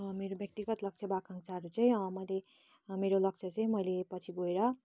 मेरो व्यक्तिगत लक्ष्य वा आकाङ्क्षाहरू चाहिँ मैले मेरो लक्ष्य चाहिँ मैले पछि गएर